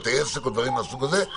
בתי עסק או דברים מהסוג הזה,